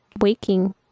waking